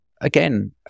again